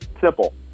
Simple